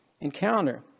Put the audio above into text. encounter